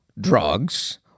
drugs